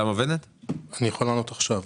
אני יכול לענות עכשיו.